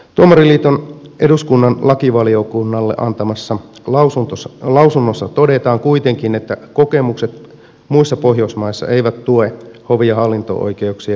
tuomariliiton eduskunnan lakivaliokunnalle antamassa lausunnossa todetaan kuitenkin että kokemukset muissa pohjoismaissa eivät tue hovi ja hallinto oikeuksien vähentämistä